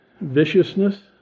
viciousness